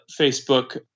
Facebook